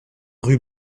rue